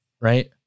right